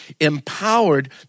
empowered